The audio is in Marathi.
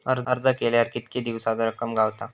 अर्ज केल्यार कीतके दिवसात रक्कम गावता?